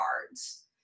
cards